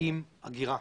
עם הגירה.